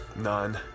none